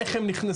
איך הם נכנסו?